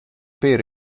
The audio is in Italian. per